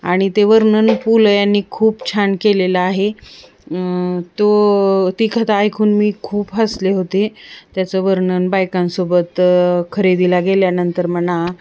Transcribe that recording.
आणि ते वर्णन पु ल यांनी खूप छान केलेलं आहे तो ती कथा ऐकून मी खूप हसले होते त्याचं वर्णन बायकांसोबत खरेदीला गेल्यानंतर म्हणा